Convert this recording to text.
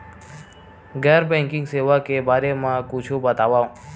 गैर बैंकिंग सेवा के बारे म कुछु बतावव?